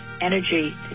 energy